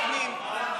פנים.